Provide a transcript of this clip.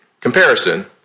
comparison